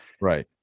Right